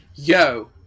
Yo